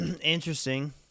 interesting